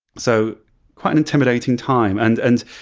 so quite an intimidating time. and and